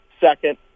second